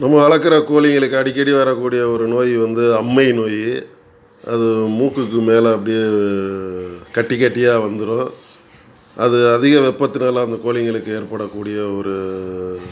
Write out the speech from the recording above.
நம்ம வளர்க்குற கோழிங்களுக்கு அடிக்கடி வர்றக்கூடிய ஒரு நோய் வந்து அம்மை நோய் அது மூக்குக்கு மேலே அப்படியே கட்டிக்கட்டியாக வந்துரும் அது அதிக வெப்பத்துனால அந்த கோழிங்களுக்கு ஏற்படக்கூடிய ஒரு